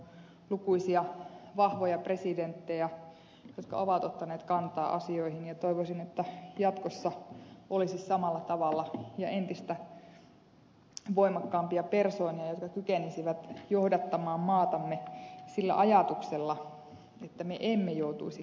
kyllä meillä on ollut lukuisia vahvoja presidenttejä jotka ovat ottaneet kantaa asioihin ja toivoisin että jatkossa olisi samalla tavalla ja entistä voimakkaampia persoonia jotka kykenisivät johdattamaan maatamme sillä ajatuksella että me emme joutuisi konflikteihin